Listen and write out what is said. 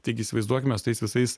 tik įsivaizduokim mes su tais visais